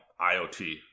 IoT